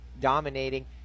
dominating